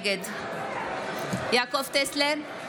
נגד יעקב טסלר,